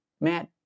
Matt